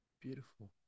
Beautiful